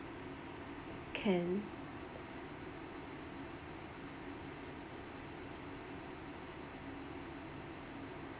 can